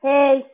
Hey